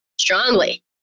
strongly